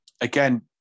again